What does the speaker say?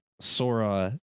Sora